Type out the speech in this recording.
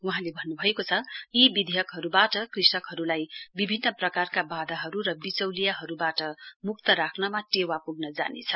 वहाँले भन्नुभएको छ यी विधेयकहरुबाट कृषकहरुलाई विभिन्न प्रकारका वाधाहरु र विचौलियाहरुवाट मुक्त राख्नमा टेवा पुग्न जानेछ